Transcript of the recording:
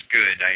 good